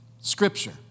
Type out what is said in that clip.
Scripture